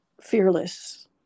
fearless